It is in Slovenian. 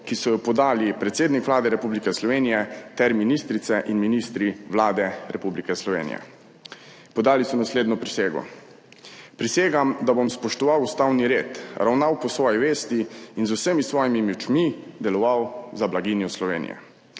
ki so jo podali predsednik Vlade Republike Slovenije ter ministrice in ministri Vlade Republike Slovenije. Podali so naslednjo prisego: »Prisegam, da bom spoštoval ustavni red, ravnal po svoji vesti in z vsemi svojimi močmi deloval za blaginjo Slovenije.«